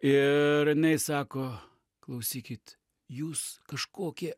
ir jinai sako klausykit jūs kažkokie